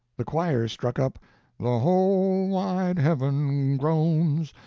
the choir struck up the whole wide heaven groans,